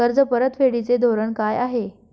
कर्ज परतफेडीचे धोरण काय आहे?